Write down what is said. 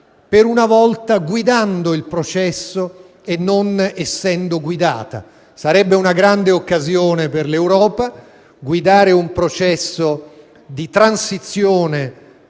per una volta guidando il processo e non essendo guidata. Sarebbe una grande occasione per l'Europa guidare un processo di transizione